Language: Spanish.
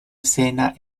escena